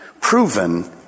proven